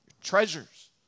treasures